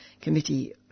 Committee